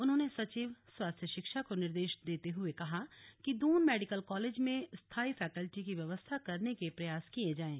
उन्होंने सचिव स्वास्थ्य शिक्षा को निर्देश देते हुए कहा कि दून मेडिकल कालेज में स्थायी फैकल्टी की व्यवस्था करने के प्रयास किये जाएं